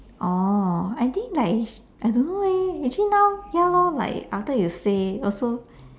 oh I think like I don't know leh actually now ya lor like after you say also